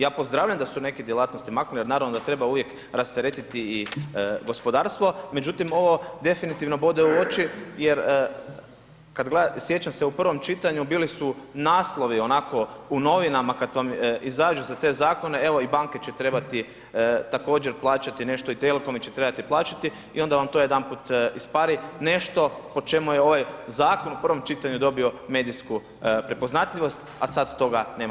Ja pozdravljam da su neke djelatnosti maknuli jer naravno da treba uvijek rasteretiti i gospodarstvo međutim ovo definitivno bode u oči jer kad gledate, sjećam se u prvom čitanju bili su naslovi onako u novinama kad vam izađu za te zakone, evo i banke će trebati također plaćati nešto i telekomi će trebati plaćati i onda vam to jedanput ispari nešto po čemu ovaj zakon u prvom čitanju medijsku prepoznatljivost, a sad toga nema više unutra.